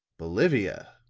bolivia?